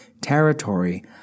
territory